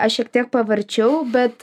aš šiek tiek pavarčiau bet